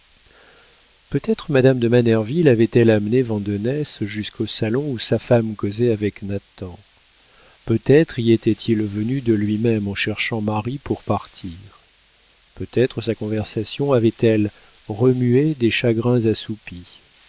peut-être madame de manerville avait-elle amené vandenesse jusqu'au salon où sa femme causait avec nathan peut-être y était-il venu de lui-même en cherchant marie pour partir peut-être sa conversation avait-elle remué des chagrins assoupis